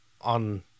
on